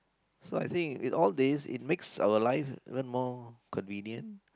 so I think in all days it makes our life even more convenient